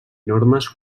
normes